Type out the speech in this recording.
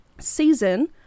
season